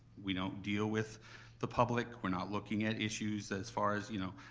we don't deal with the public. we're not looking at issues as far as, you know,